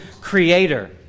creator